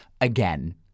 Again